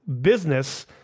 business